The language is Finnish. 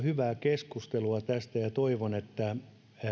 hyvää keskustelua tästä ja toivon että